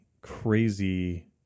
crazy